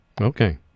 Okay